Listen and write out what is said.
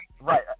right